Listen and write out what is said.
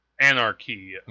anarchy